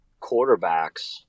quarterbacks